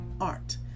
art